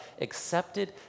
accepted